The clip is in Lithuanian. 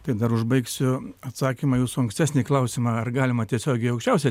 tai dar užbaigsiu atsakymą į jūsų ankstesnį klausimą ar galima tiesiogiai į aukščiausią